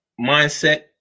mindset